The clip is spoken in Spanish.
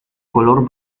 color